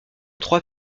trois